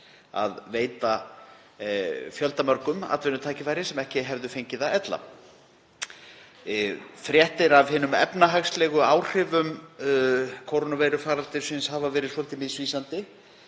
að veita fjöldamörgum atvinnutækifæri sem ekki hefðu fengið það ella. Fréttir af hinum efnahagslegu áhrifum kórónuveirufaraldursins hafa verið svolítið misvísandi.